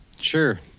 Sure